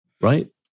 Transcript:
Right